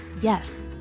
Yes